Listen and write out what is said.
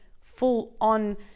full-on